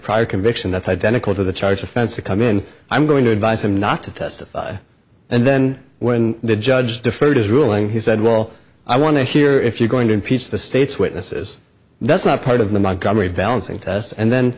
prior conviction that's identical to the charge offense a come in i'm going to advise him not to testify and then when the judge deferred his ruling he said well i want to hear if you're going to impeach the state's witnesses that's not part of the montgomery balancing test and then